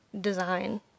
design